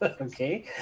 Okay